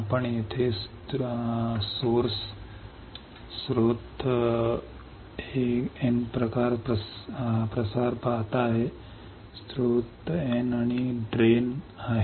आपण येथे स्त्रोत N प्रकार प्रसार पाहता हे स्त्रोत N आणि ड्रेन आहे